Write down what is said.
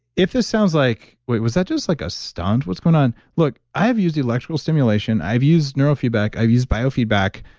if this sounds like, wait, was that just like a stunt, what's going on? look, i have used electrical stimulation, i've used neurofeedback, i've used biofeedback,